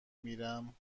میرم